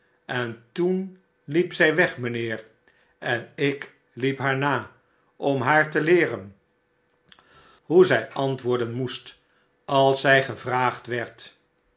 en toen liep zij weg mijnheer en ik liep haar na om haar te leeren hoe zij antwoorden moest als zij gevraagd werd